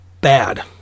bad